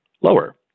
lower